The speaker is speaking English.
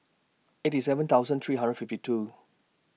eighty seven thousand three hundred fifty two